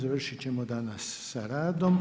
Završit ćemo danas sa radom.